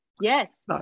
yes